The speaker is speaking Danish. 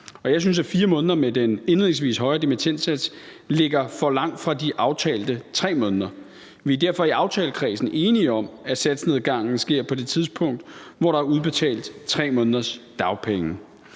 jeg synes, at 4 måneder med den indledningsvis højere dimittendsats ligger for langt fra de aftalte 3 måneder. Vi er derfor i aftalekredsen enige om, at satsnedgangen sker på det tidspunkt, hvor der er udbetalt 3 måneders dagpenge.